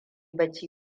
bacci